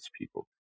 people